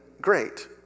great